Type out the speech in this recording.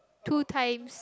two times